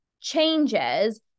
changes